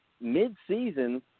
Mid-season –